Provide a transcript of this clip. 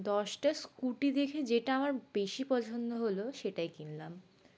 দশটা স্কুটি দেখে যেটা আমার বেশি পছন্দ হলো সেটাই কিনলাম